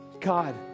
God